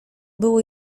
było